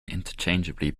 interchangeably